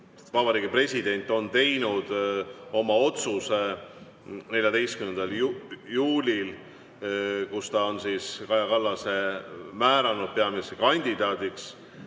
Vabariigi President on teinud oma otsuse 14. juulil: ta on Kaja Kallase määranud peaministrikandidaadiks